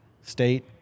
state